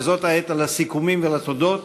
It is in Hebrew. וזו העת לסיכומים ולתודות.